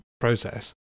process